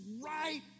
right